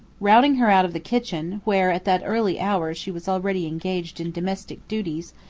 routing her out of the kitchen, where at that early hour she was already engaged in domestic duties,